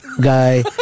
guy